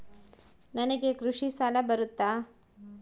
ನನಗೆ ಕೃಷಿ ಸಾಲ ಬರುತ್ತಾ?